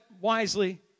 wisely